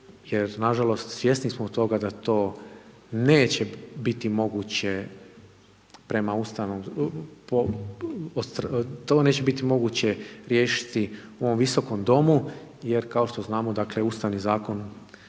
jer nažalost svjesni smo toga da to neće biti moguće riješiti u ovom Visokom domu jer kao što znamo, dakle, Ustavni zakon